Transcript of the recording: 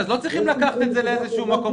אז לא צריך לקחת את זה לאיזשהו מקום,